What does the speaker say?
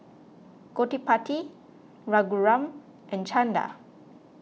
Gottipati Raghuram and Chanda